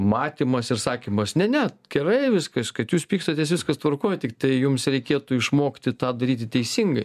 matymas ir sakymas ne ne gerai viskas kad jūs pykstatės viskas tvarkoj tiktai jums reikėtų išmokti tą daryti teisingai